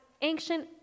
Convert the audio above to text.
ancient